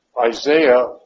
Isaiah